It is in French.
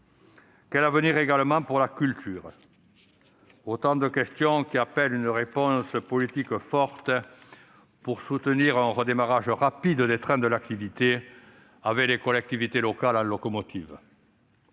Quel avenir également pour la culture ? Toutes ces questions appellent une réponse politique forte pour soutenir un redémarrage rapide des trains de l'activité, avec les collectivités locales en locomotives.